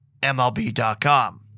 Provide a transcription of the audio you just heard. MLB.com